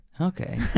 Okay